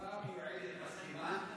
השרה המיועדת מסכימה?